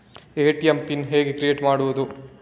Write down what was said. ATM PIN ಹೇಗೆ create ಮಾಡುವುದು?